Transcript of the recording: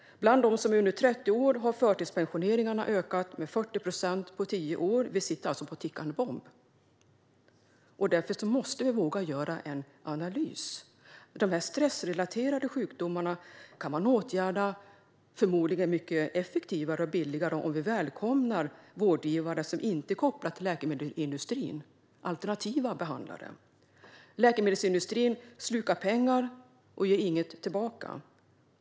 Bland dem som är under 30 år har förtidspensioneringarna ökat med 40 procent på tio år. Vi sitter alltså på en tickande bomb, och därför måste vi våga göra en analys. Stressrelaterade sjukdomar kan förmodligen åtgärdas mycket effektivare och billigare om vi välkomnar vårdgivare som inte är kopplade till läkemedelsindustrin - alltså alternativa behandlare. Läkemedelsindustrin slukar pengar men ger inget tillbaka.